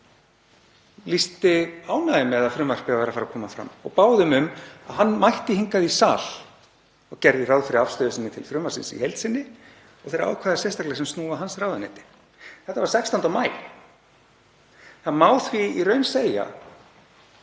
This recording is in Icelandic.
lýsti ánægju með að frumvarpið væri að koma fram og báðum um að hann mætti hingað í sal og gerði grein fyrir afstöðu sinni til frumvarpsins í heild sinni og þeirra ákvæða sérstaklega sem sneru að hans ráðuneyti. Þetta var 16. maí. Það má því í raun segja